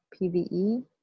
PvE